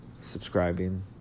subscribing